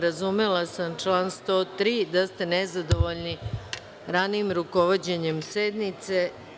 Razumela sam član 103. da ste nezadovoljni ranijim rukovođenjem sednice.